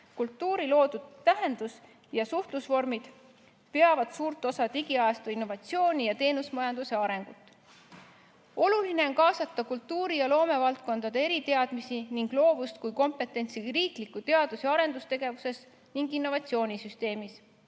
Kultuuri loodud tähendus- ja suhtlusvormid ja veavad suurt osa digiajastu, innovatsiooni ja teenusmajanduse arengut. Oluline on kaasata kultuuri- ja loomevaldkondade eriteadmisi ning loovust kui kompetentsi riiklikku teadus- ja arendustegevuse ning innovatsioonisüsteemi,